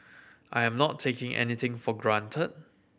I am not taking anything for granted